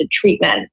treatment